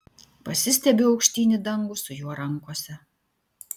pasistiebiu aukštyn į dangų su juo rankose